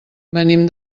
venim